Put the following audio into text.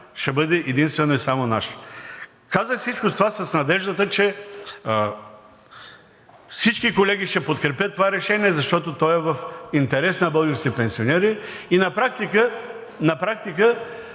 ще бъде единствено и само наша. Казах всичко това с надеждата, че всички колеги ще подкрепят това решение, защото то е в интерес на българските пенсионери и на практика